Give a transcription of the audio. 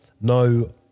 no